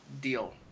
deal